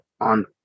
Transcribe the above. on